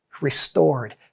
restored